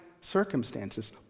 circumstances